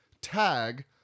Tag